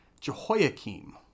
Jehoiakim